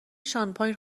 شانپاین